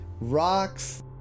rocks